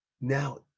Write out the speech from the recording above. Now